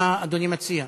מה אדוני מציע?